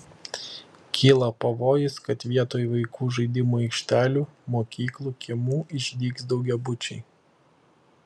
kyla pavojus kad vietoj vaikų žaidimų aikštelių mokyklų kiemų išdygs daugiabučiai